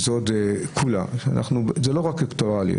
זה לא רק אלקטורלי,